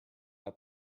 out